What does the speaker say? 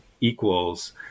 equals